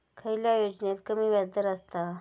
खयल्या योजनेत कमी व्याजदर असता?